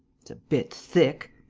it's a bit thick!